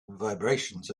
vibrations